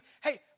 hey